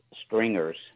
stringers